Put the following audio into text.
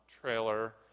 trailer